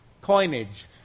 coinage